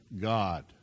God